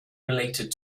related